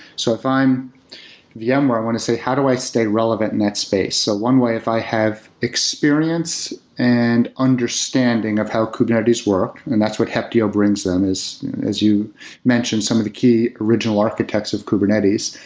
so if i'm yeah vmware, i want to say, how do i stay relevant in that space? so one way if i have experience and understanding of how kubernetes work, and that's what heptio brings them, as as you mentioned, some of the key original architects of kubernetes.